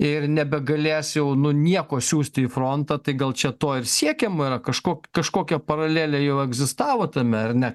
ir nebegalės jau nu nieko siųsti į frontą tai gal čia to ir siekiama yra kažko kažkokia paralelė jau egzistavo tame ar ne